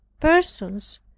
persons